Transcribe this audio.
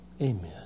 Amen